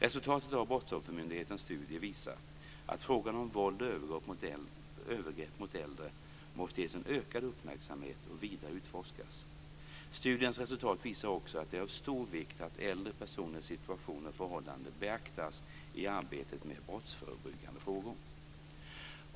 Resultatet av Brottsoffermyndighetens studie visar att frågan om våld och övergrepp mot äldre måste ges en ökad uppmärksamhet och vidare utforskas. Studiens resultat visar också att det är av stor vikt att äldre personers situation och förhållanden beaktas i arbetet med brottsförebyggande frågor.